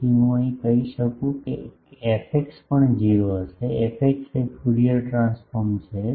તેથી હું કહી શકું fx પણ 0 હશે fx એ ફ્યુરિયર ટ્રાન્સફોર્મ છે